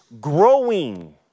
growing